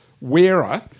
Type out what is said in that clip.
wearer